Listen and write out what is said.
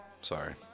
Sorry